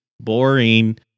Boring